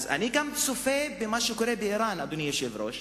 אני גם צופה במה שקורה באירן, אדוני היושב-ראש,